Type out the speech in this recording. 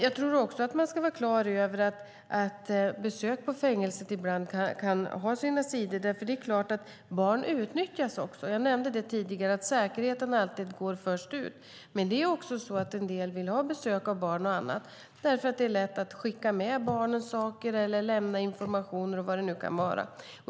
Man ska också vara klar över att besök på fängelser kan ha sina sidor. Barn kan utnyttjas. Som jag nämnde tidigare går säkerheten alltid först, men en del vill ha besök av barn för att det är lätt att skicka med barnen saker eller lämna information med mera.